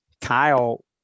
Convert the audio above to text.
Kyle